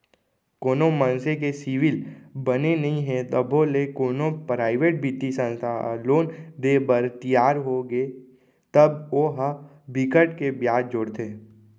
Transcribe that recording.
कोनो मनसे के सिविल बने नइ हे तभो ले कोनो पराइवेट बित्तीय संस्था ह लोन देय बर तियार होगे तब ओ ह बिकट के बियाज जोड़थे